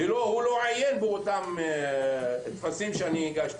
הוא לא עיין בטפסים שהגשתי.